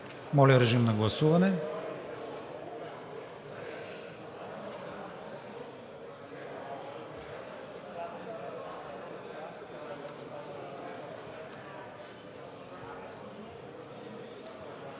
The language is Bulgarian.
Моля, режим на гласуване